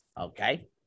okay